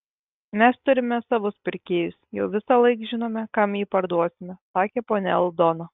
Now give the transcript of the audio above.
mes turime savus pirkėjus jau visąlaik žinome kam jį parduosime sakė ponia aldona